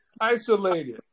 isolated